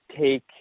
take